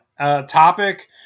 topic